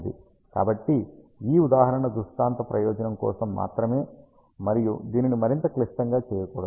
కాబట్టి ఈ ఉదాహరణ దృష్టాంత ప్రయోజనం కోసం మాత్రమే మరియు దీనిని మరింత క్లిష్టంగా చేయకూడదు